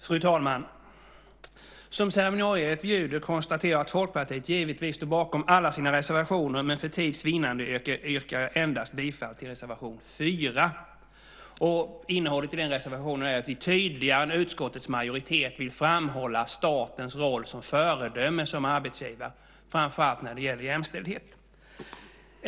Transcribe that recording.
Fru talman! Som ceremonielet bjuder konstaterar jag att Folkpartiet givetvis står bakom alla sina reservationer, men för tids vinnande yrkar jag endast bifall till reservation 4. Innehållet i den reservationen är att vi tydligare än utskottets majoritet vill framhålla statens roll som föredöme som arbetsgivare, framför allt när det gäller jämställdhet.